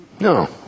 No